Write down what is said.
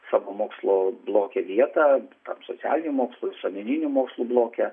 savo mokslo bloke vietą tam socialinių mokslų visuomeninių mokslų bloke